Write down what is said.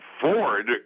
Ford